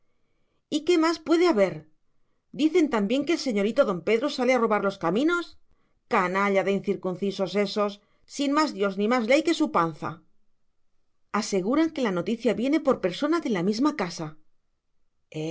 y qué más puede haber dicen también que el señorito don pedro sale a robar a los caminos canalla de incircuncisos ésos sin más dios ni más ley que su panza aseguran que la noticia viene por persona de la misma casa